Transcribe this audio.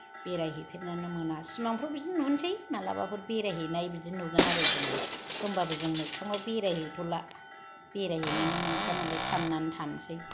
बेरायहैफेरनोनो मोना सिमांफोर बिदिनो नुनोसै मालाबाफोर बेरायहैनाय बिदि नुगोन आरो जोङो होमबाबो जों मोगथाङाव बेरायहैथ'ला बेरायहैनोनो मोनखाया नालाय साननै थानोसै